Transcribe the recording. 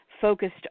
focused